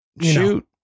shoot